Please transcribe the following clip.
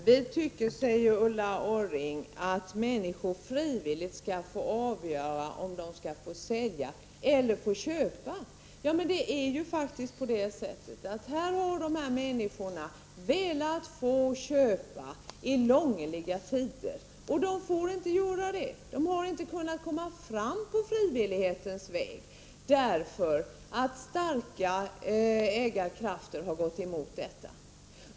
Fru talman! Ulla Orring säger: Vi tycker att människor frivilligt skall få avgöra om de skall sälja eller köpa. Ja, men det är ju faktiskt på det sättet att här har de här människorna velat få köpa i långliga tider, men de har inte fått göra det! De har inte kunnat komma fram på frivillighetens väg, därför att starka ägarkrafter har gått emot detta.